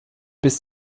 bis